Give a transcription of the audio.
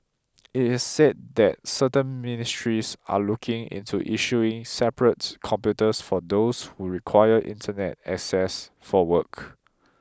it is said that certain ministries are looking into issuing separate computers for those who require Internet access for work